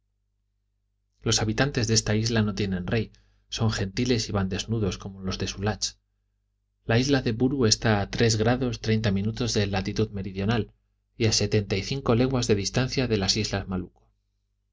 los habitantes de esta isla no tienen rey son gentiles y van desnudos como los de sulach la isla de buru está tres grados treinta minutos de latitud meridional y a setenta y cinco leguas de distancia de las islas malucco